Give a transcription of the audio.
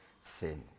sin